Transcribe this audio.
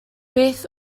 beth